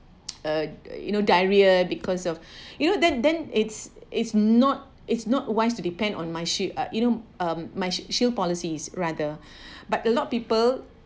uh you know diarrhea because of you know then then it's it's not it's not wise to depend on MyShield uh you know mm MyShield policies rather but a lot people